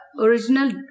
original